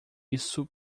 isso